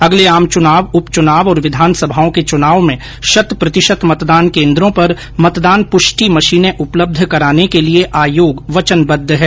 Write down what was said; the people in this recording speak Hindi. अगले आम चुनाव उप चुनाव और विधानसभाओं के चुनाव में शत प्रतिशत मतदान केन्द्रों पर मतदान पुष्टि मशीनें उपलब्ध कराने के लिए आयोग वचनबद्ध है